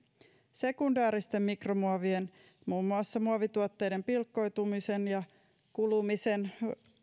sekundääristen mikromuovien muun muassa muovituotteiden pilkkoutumisen ja kulumisen